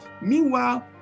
Meanwhile